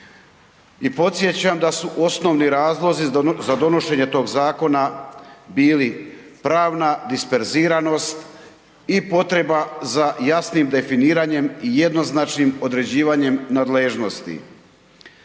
I podsjećam da su osnovni razlozi za donošenje tog zakona bili pravna disperziranost i potreba za jasnim definiranjem i jednoznačnim određivanjem nadležnosti.